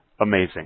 amazing